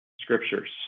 scriptures